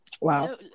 Wow